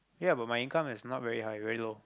ya but my income is not very high very low